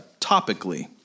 topically